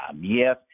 Yes